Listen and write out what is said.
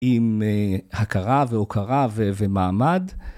עם הכרה ועוקרה ומעמד.